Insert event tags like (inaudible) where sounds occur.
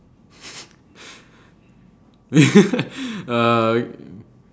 (laughs) uh